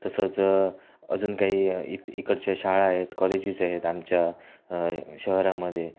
तसंच अजून काही इ इकडच्या शाळा आहेत कॉलेजेस आहेत आमच्या शहारामध्ये